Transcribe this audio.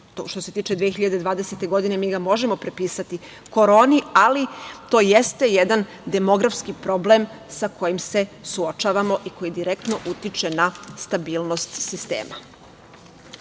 što se tiče 2020. godine, mi ga možemo pripisati koroni, ali to jeste jedan demografski problem, sa kojim se suočavamo i koji direktno utiče na stabilnost sistema. Zato